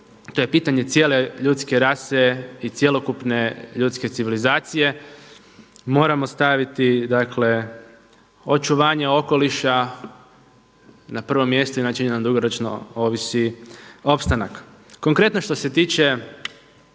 to je pitanje cijele ljudske rase i cjelokupne ljudske civilizacije. Moramo staviti dakle očuvanje okoliša na prvo mjesto …/Govornik se ne razumije./… dugoročno ovisi opstanak. Konkretno što se tiče